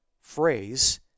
phrase